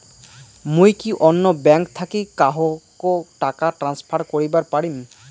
মুই কি অন্য ব্যাঙ্ক থাকি কাহকো টাকা ট্রান্সফার করিবার পারিম?